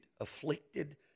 afflicted